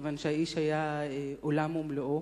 כיוון שהאיש היה עולם ומלואו,